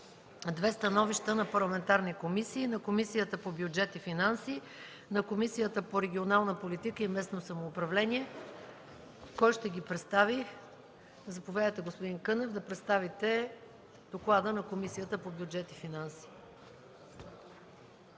две становища на парламентарни комисии – на Комисията по бюджет и финанси и на Комисията по регионална политика и местно самоуправление. Кой ще ги представи? Заповядайте, господин Кънев, да представите доклада на Комисията по бюджет и финанси.